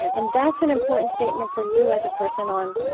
and that's an important statement for you as a person on